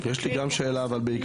יש לי גם שאלה בעקבות דבריה.